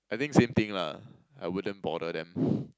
I think same thing lah I wouldn't bother them